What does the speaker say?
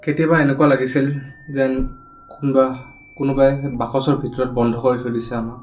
কেতিয়াবা এনেকুৱা লাগিছিল যেন কোনোবা কোনোবাই বাকচৰ ভিতৰত বন্ধ কৰি থৈ দিছে আমাক